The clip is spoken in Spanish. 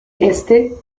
este